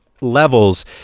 levels